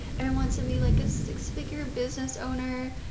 and wants to be like a six figure business owner.